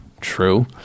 true